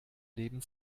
leben